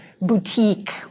boutique